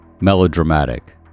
melodramatic